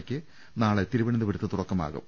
ലയ്ക്ക് നാളെ തിരുവനന്തപുരത്ത് തുടക്കമാകും